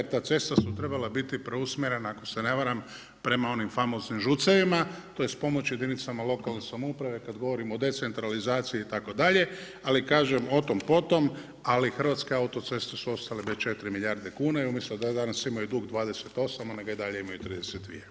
Jer ta cesta su trebala biti preusmjerena, ako se ne varam prema onim famoznim, … tj. pomoć jedinica lokalne samouprave kada govorimo o decentralizaciji itd., ali kažem o tom potom, ali Hrvatske autoceste su ostale bez 4 milijarde kuna i umjesto da danas imaju dugo 28, one ga i dalje imaju 32.